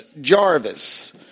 Jarvis